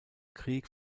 krieg